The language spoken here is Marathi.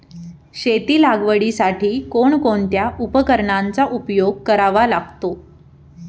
शेती लागवडीसाठी कोणकोणत्या उपकरणांचा उपयोग करावा लागतो?